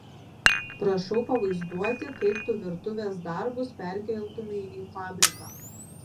prašau pavaizduoti kaip tu virtuvės darbus perkeltumei į fabriką